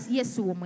Jesus